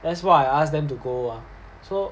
that's what I ask them to go ah so